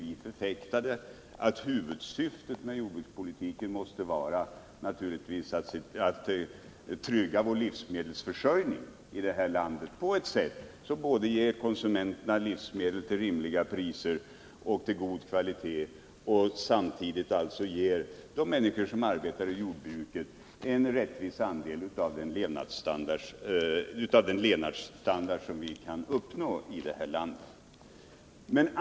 Vi förfäktade att huvudsyftet med denna naturligtvis måste vara att trygga livsmedelsförsörjningen i det här landet på ett sådant sätt att konsumenterna kan köpa livsmedel av god kvalitet och till rimliga priser och att samtidigt de människor som arbetar inom jordbruket får en rättvis andel av den levnadsstandard som vi kan uppnå i det här landet.